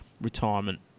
retirement